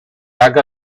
aga